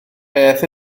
beth